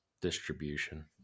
Distribution